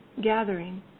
gathering